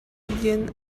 диэн